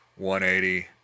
180